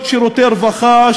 שמגישות שירותי רווחה,